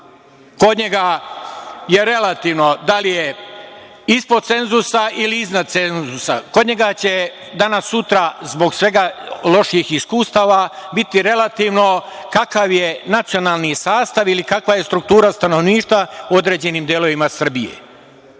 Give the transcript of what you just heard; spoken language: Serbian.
Kod njega je relativno da li je ispod cenzusa ili iznad cenzusa. Kod njega će danas-sutra zbog svega loših iskustava biti relativno kakav je nacionalni sastav ili kakva je struktura stanovništva u određenim delovima Srbije. Vi